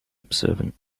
observant